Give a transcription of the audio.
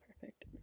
perfect